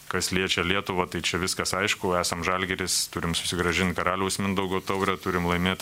kas liečia lietuvą tai čia viskas aišku esam žalgiris turim susigrąžint karaliaus mindaugo taurę turim laimėt